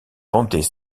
rendait